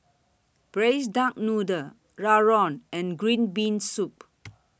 Braised Duck Noodle Rawon and Green Bean Soup